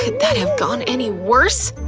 that have gone any worse!